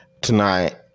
tonight